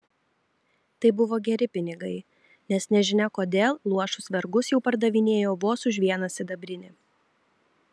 tai buvo geri pinigai nes nežinia kodėl luošus vergus jau pardavinėjo vos už vieną sidabrinį